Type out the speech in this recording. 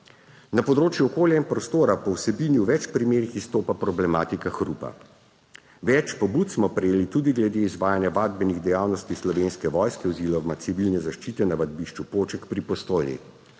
Na področju okolja in prostora po vsebini v več primerih izstopa problematika hrupa. Več pobud smo prejeli tudi glede izvajanja vadbenih dejavnosti Slovenske vojske oziroma civilne zaščite na vadbišču Poček pri Postojni.